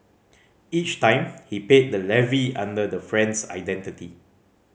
each time he paid the levy under the friend's identity